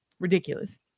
Ridiculous